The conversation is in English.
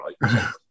right